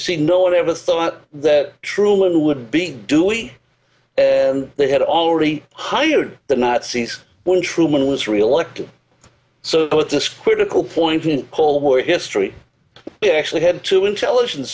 see no one ever thought that truman would be doing and they had already hired the nazis when truman was reelected so at this critical point in cold war history it actually had to intelligence